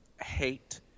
hate